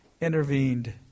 intervened